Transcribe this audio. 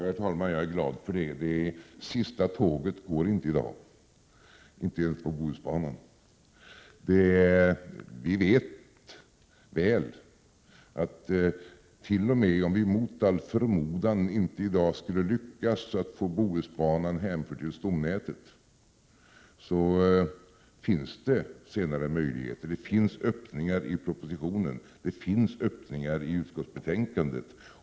Herr talman! Jag är glad för det. Sista tåget går inte i dag, inte ens på Bohusbanan. Vi vet väl att t.o.m. om vi mot all förmodan inte i dag skulle lyckas att få Bohusbanan hänförd till stomnätet, finns det senare möjligheter. Det finns öppningar i propositionen, det finns öppningar i utskottsbetänkandet.